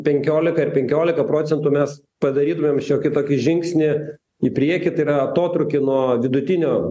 penkiolika ir penkiolika procentų mes padarytumėm šiokį tokį žingsnį į priekį tai yra atotrūkį nuo vidutinio